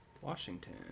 Washington